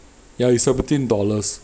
ya it's seventeen dollars